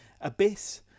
Abyss